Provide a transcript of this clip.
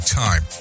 time